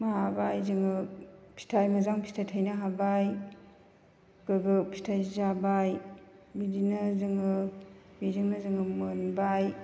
माबाबाय जोङो फिथाइ मोजां फिथाइ थायनो हाबाय बेबो फिथाइ जाबाय बिदिनो जोङो बेजोंनो जोङो मोनबाय